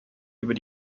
über